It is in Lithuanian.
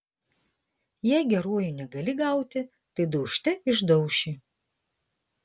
jei geruoju negali gauti tai daužte išdauši